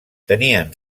tenien